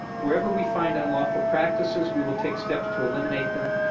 wherever we find unlawful practices, we will take steps to eliminate them,